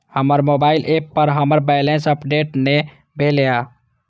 हमर mobile app पर हमर बैलेंस अपडेट ने भेल या